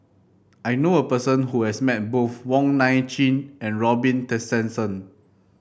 I knew a person who has met both Wong Nai Chin and Robin Tessensohn